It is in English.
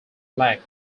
lack